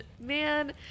Man